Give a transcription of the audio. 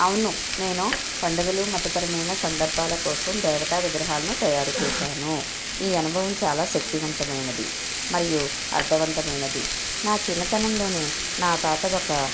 అవును నేను పండగలు మతపరమైన సందర్భాల కోసం దేవతా విగ్రహాలను తయారు చేసాను ఈ అనుభవం చాలా శక్తి వంతమైనది మరియు అర్ధవంతమైనది నా చిన్నతనంలోనే నా తాత ఒక